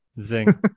zing